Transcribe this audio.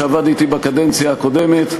שעבד אתי בקדנציה הקודמת.